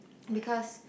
because